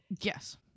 yes